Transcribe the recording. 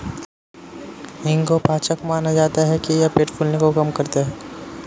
हींग को पाचक माना जाता है कि यह पेट फूलने को कम करता है